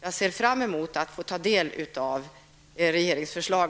Jag ser fram mot att få ta del av regeringens förslag.